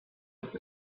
with